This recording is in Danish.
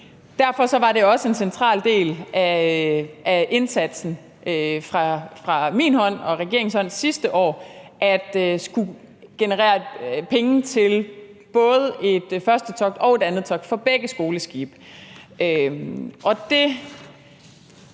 Derfor var det også en central del af indsatsen fra min hånd og fra regeringens hånd sidste år at generere penge til både et første togt og et andet togt for begge skoleskibe,